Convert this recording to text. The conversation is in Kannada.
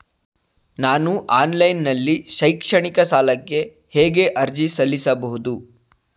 ನಾನು ಆನ್ಲೈನ್ ನಲ್ಲಿ ಶೈಕ್ಷಣಿಕ ಸಾಲಕ್ಕೆ ಹೇಗೆ ಅರ್ಜಿ ಸಲ್ಲಿಸಬಹುದು?